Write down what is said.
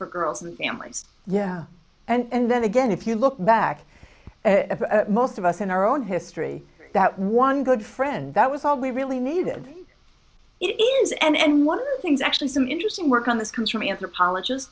for girls and families and then again if you look back most of us in our own history that one good friend that was all we really needed it is and one of the things actually some interesting work on this comes from anthropologists